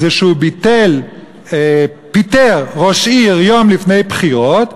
הוא פיטר ראש עיר יום לפני בחירות,